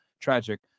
tragic